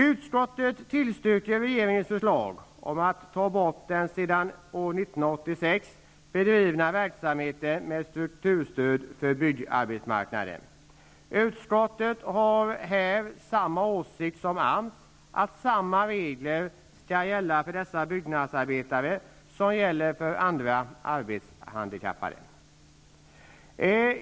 Utskottet tillstyrker regeringens förslag om att ta bort den sedan år 1986 bedrivna verksamheten med strukturstöd för byggarbetsmarknaden. Utskottet har här samma åsikt som AMS, dvs. att samma regler skall gälla för dessa byggnadsarbetare som gäller för andra arbetshandikappade.